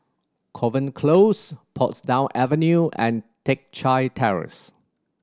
Kovan Close Portsdown Avenue and Teck Chye Terrace